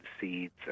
seeds